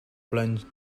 plunge